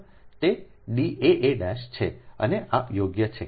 તે D a a' છે અને આ યોગ્ય છે